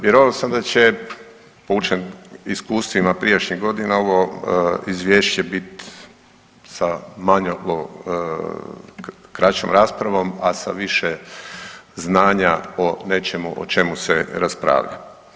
Vjerovao sam da će poučen iskustvima prijašnjih godina ovo Izvješće bit sa manjom, kraćom raspravom, a sa više znanja o nečemu o čemu se raspravlja.